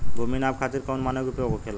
भूमि नाप खातिर कौन मानक उपयोग होखेला?